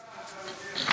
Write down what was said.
אתה לוקח,